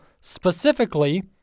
specifically